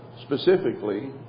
specifically